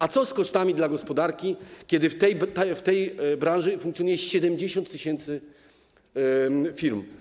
A co z kosztami dla gospodarki, kiedy w tej branży funkcjonuje 70 tys. firm?